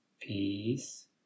Peace